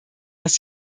dass